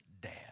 dad